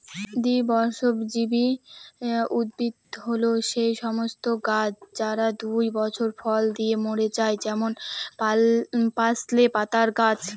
দ্বিবর্ষজীবী উদ্ভিদ হল সেই সমস্ত গাছ যারা দুই বছর ফল দিয়ে মরে যায় যেমন পার্সলে পাতার গাছ